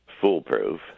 foolproof